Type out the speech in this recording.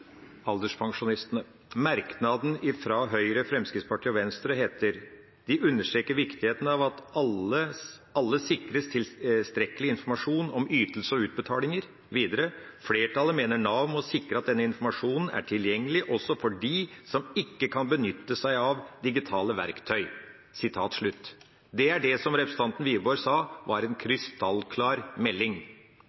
alderspensjonistene, står det i merknaden fra Høyre og Fremskrittspartiet og Venstre: understreker viktigheten av at alle sikres tilstrekkelig informasjon om ytelse og utbetalinger.» Videre: «Flertallet mener Nav må sikre at denne informasjonen er tilgjengelig også for de som ikke kan benytte seg av digitale verktøy.» Det var det representanten Wiborg sa var en